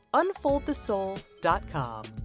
unfoldthesoul.com